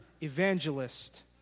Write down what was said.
evangelist